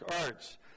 arts